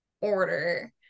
order